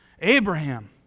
Abraham